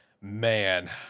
Man